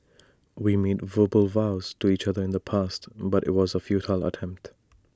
we made verbal vows to each other in the past but IT was A futile attempt